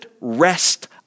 rest